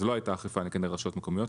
אז לא הייתה אכיפה כנגד רשויות מקומיות,